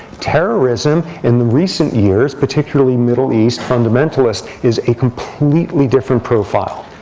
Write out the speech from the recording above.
terrorism in the recent years, particularly middle eastern fundamentalist, is a completely different profile.